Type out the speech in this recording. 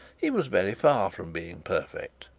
he was very far from being perfect.